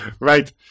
Right